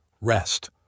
rest